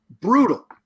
brutal